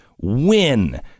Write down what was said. Win